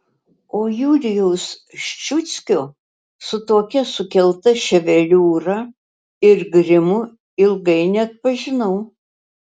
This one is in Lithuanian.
o jurijaus ščiuckio su tokia sukelta ševeliūra ir grimu ilgai neatpažinau